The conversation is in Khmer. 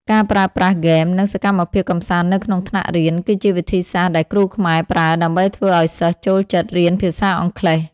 ការប្រើប្រាស់ហ្គេម និងសកម្មភាពកម្សាន្តនៅក្នុងថ្នាក់រៀន គឺជាវិធីសាស្ត្រដែលគ្រូខ្មែរប្រើដើម្បីធ្វើឱ្យសិស្សចូលចិត្តរៀនភាសាអង់គ្លេស។